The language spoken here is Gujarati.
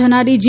થનારી જી